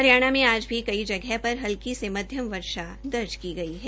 हरियाणा मे भी आज कई जगह पर हल्की से मध्यम वर्षा दर्ज की गई है